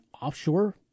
offshore